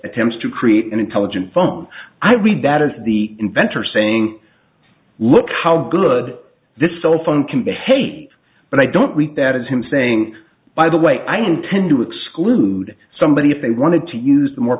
attempts to create an intelligent phone i read that as the inventor saying look how good this cell phone can behave but i don't we that is him saying by the way i intend to exclude somebody if they wanted to use a more